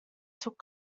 took